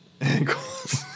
Ankles